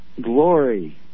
glory